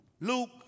Luke